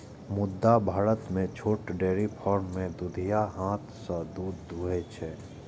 मुदा भारत मे छोट डेयरी फार्म मे दुधिया हाथ सं दूध दुहै छै